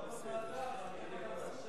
אתה בוועדה, אבל אתה בוועדה.